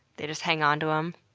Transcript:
they just hang onto them?